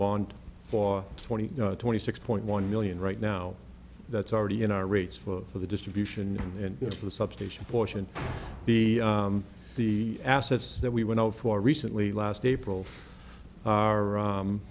bond for twenty twenty six point one million right now that's already in our rates for the distribution and going to the substation portion the the assets that we went out for recently last april are